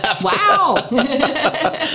wow